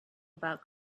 about